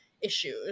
issues